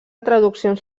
traduccions